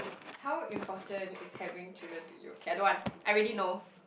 how important is having children to you okay I don't want I already know